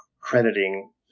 crediting